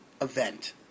event